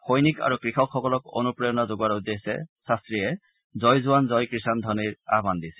সৈনিক আৰু কৃষকসকলক অনুপ্ৰেৰণা যোগোৱাৰ উদ্দেশ্যে শাস্ত্ৰীয়ে জয় জোৱান জয় কিযাণ ধবনিৰ আহান দিছিল